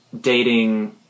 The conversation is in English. dating